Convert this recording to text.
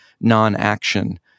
non-action